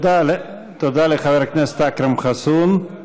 תודה לחבר הכנסת אכרם חסון.